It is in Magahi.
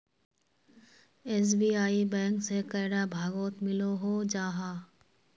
एस.बी.आई बैंक से कैडा भागोत मिलोहो जाहा?